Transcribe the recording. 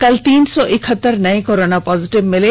कल तीन सौ इकहतर नए कोरोना पॉजिटिव मिले